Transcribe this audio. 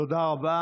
תודה רבה.